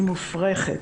היא מופרכת.